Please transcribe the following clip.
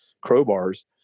crowbars